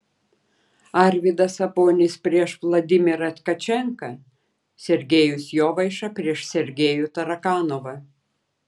arvydas sabonis prieš vladimirą tkačenką sergejus jovaiša prieš sergejų tarakanovą